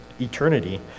eternity